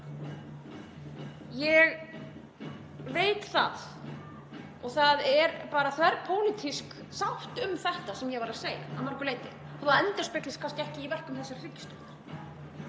Ég veit það og það er bara þverpólitísk sátt um þetta sem ég var að segja að mörgu leyti, þó að það endurspeglist kannski ekki í verkum þessarar